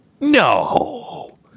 No